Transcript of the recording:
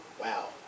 Wow